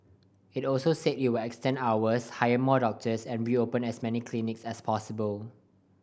it also said it will extend hours hire more doctors and reopen as many clinics as possible